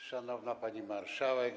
Szanowna Pani Marszałek!